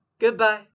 Goodbye